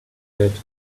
rid